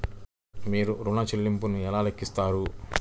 మీరు ఋణ ల్లింపులను ఎలా లెక్కిస్తారు?